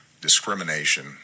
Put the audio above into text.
discrimination